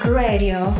radio